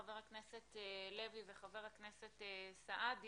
חבר הכנסת לוי וחבר הכנסת סעדי,